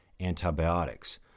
antibiotics